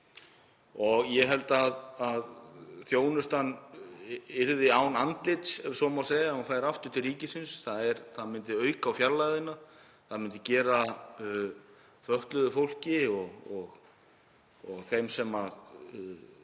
og ég held að þjónustan yrði án andlits, ef svo má segja, ef hún færi aftur til ríkisins, það myndi auka á fjarlægðina og gera fötluðu fólki og þeim sem